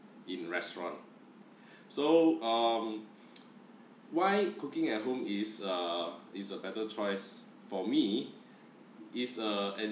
in restaurant so um why cooking at home is a is a better choice for me it's uh an